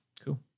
Cool